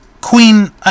Queen